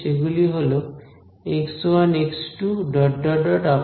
সেগুলি হল x1 x2 xN